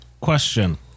Question